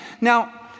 Now